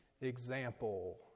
example